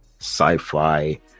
sci-fi